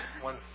one